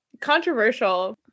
controversial